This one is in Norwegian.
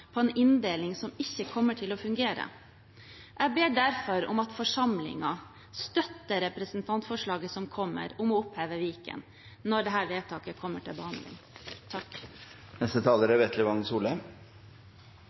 på en inndeling som ikke kommer til å fungere. Jeg ber derfor om at forsamlingen støtter representantforslaget som kommer om å oppheve Viken, når dette kommer til behandling.